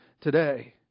today